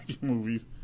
movies